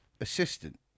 assistant